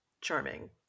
charming